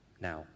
now